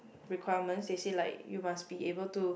requirement they say like you must be able to